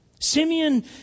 Simeon